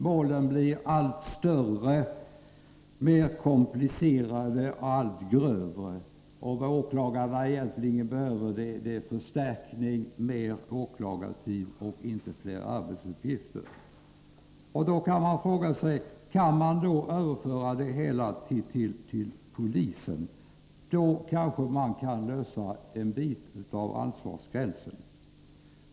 Målen blir allt större, mer komplicerade och allt grövre. Vad åklagarna egentligen behöver är förstärkning, mer åklagartid, och inte fler arbetsuppgifter. Då kan man fråga sig om man kan överföra ledningen av förundersökningar till polisen. På så sätt kanske man kan lösa en del av frågan om ansvarsgränserna.